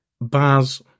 Baz